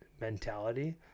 mentality